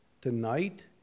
Tonight